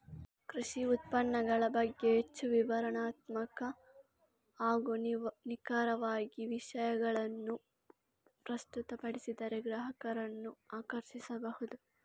ಕೃಷಿ ಉತ್ಪನ್ನಗಳ ಬಗ್ಗೆ ಹೆಚ್ಚು ವಿವರಣಾತ್ಮಕ ಹಾಗೂ ನಿಖರವಾಗಿ ವಿಷಯಗಳನ್ನು ಪ್ರಸ್ತುತಪಡಿಸಿದರೆ ಗ್ರಾಹಕರನ್ನು ಆಕರ್ಷಿಸಬಹುದು